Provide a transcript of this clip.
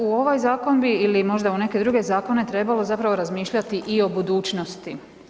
U ovaj zakon bi ili možda u neke druge zakone trebalo zapravo razmišljati i o budućnosti.